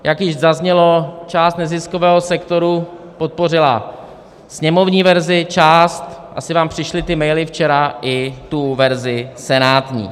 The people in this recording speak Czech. Jak již zaznělo, část neziskového sektoru podpořila sněmovní verzi, část asi vám přišly ty maily včera i verzi senátní.